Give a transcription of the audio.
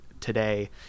today